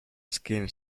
skin